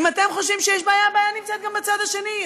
אם אתם חושבים שיש בעיה, הבעיה נמצאת גם בצד השני.